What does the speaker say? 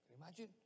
Imagine